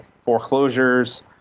foreclosures